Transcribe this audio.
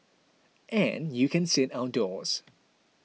and you can sit outdoors